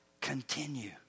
continue